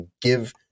give